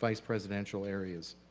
vice presidential areas.